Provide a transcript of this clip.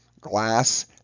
glass